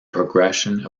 progression